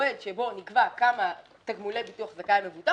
המועד שבו נקבע כמה תגמולי ביטוח זכאי המבוטח